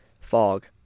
Fog